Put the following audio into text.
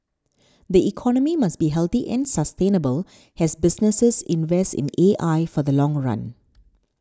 the economy must be healthy and sustainable as businesses invest in A I for the long run